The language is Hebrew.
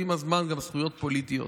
ועם הזמן גם זכויות פוליטיות.